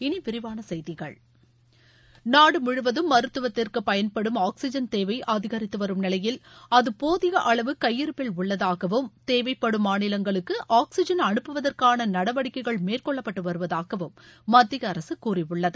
இனி விரிவான செய்திகள் நாடு முழுவதும் மருத்துவத்திற்கு பயன்படும் ஆக்சிஜன் தேவை அதிகரித்து வரும் நிலையில் அது போதி அளவு கையிருப்பில் உள்ளதாகவும் தேவைப்படும் மாநிலங்களுக்கு ஆக்சிஜன் அனுப்புவதற்காள நடவடிக்கைகள் மேற்கொள்ளப்பட்டு வருவதாகவும் மத்திய அரசு கூறியுள்ளது